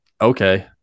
okay